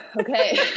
Okay